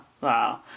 Wow